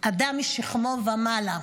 הוא אדם משכמו ומעלה.